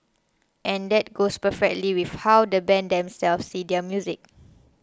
and that goes perfectly with how the band themselves see their music